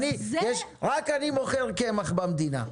רק אני מוכר קמח במדינה,